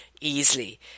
easily